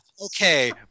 okay